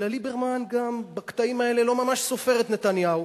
אלא ליברמן גם בקטעים האלה לא ממש סופר את נתניהו.